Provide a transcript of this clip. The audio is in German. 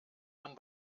man